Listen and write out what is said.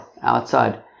outside